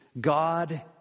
God